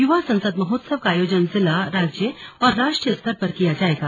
युवा संसद महोत्सव का आयोजन जिला राज्य और राष्ट्रीय स्तर पर किया जाएगा